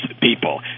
people